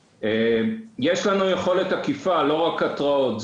יש לנו יכולת אכיפה ולא רק התראות,